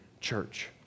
church